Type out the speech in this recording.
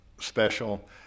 special